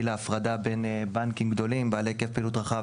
להפרדה בין בנקים גדולים בעלי היקף רחב,